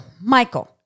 Michael